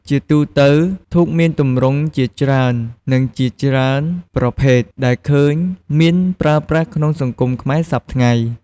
ជាទូទៅ ធូបមានទម្រង់ជាច្រើន និងជាច្រើនប្រភេទដែលឃើញមានប្រើប្រាស់ក្នុងសង្គមខ្មែរសព្វថ្ងៃ ។